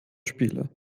spiele